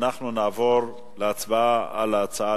אנחנו נעבור להצבעה על הצעת